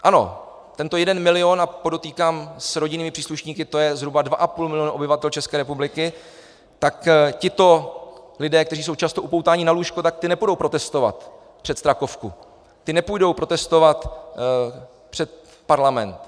Ano, tento jeden milion, a podotýkám, s rodinnými příslušníky to je zhruba 2,5 milionu obyvatel České republiky, tak tito lidé, kteří jsou často upoutáni na lůžko, ti nepůjdou protestovat před Strakovku, ti nepůjdou protestovat před Parlament.